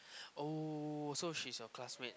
oh so she's your classmate